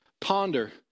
ponder